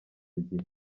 igihe